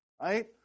Right